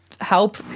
help